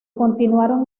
continuaron